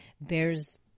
bears